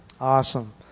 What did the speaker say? Awesome